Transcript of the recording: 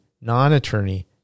non-attorney